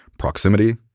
proximity